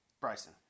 bryson